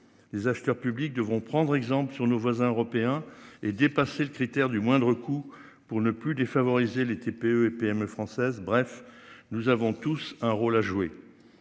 Les acheteurs publics devront prendre exemple sur nos voisins européens est dépassé, le critère du moindre coût pour ne plus défavorisés les TPE et PME françaises. Bref, nous avons tous un rôle à jouer.